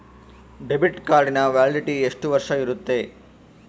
Debit ಕಾರ್ಡಿನ validity ಎಷ್ಟು ವರ್ಷ ಇರುತ್ತೆ?